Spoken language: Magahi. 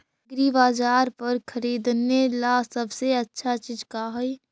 एग्रीबाजार पर खरीदने ला सबसे अच्छा चीज का हई?